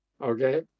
Okay